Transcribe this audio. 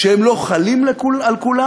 שהם לא חלים על כולם,